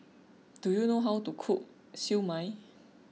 do you know how to cook Siew Mai